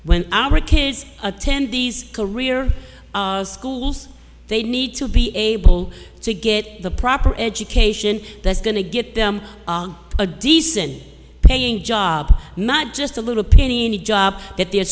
when our kids attend these career our schools they need to be able to get the proper education that's going to get them a decent paying job not just a little penny any job that they're